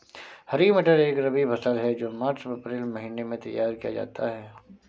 हरी मटर एक रबी फसल है जो मार्च अप्रैल महिने में तैयार किया जाता है